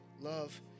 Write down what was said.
love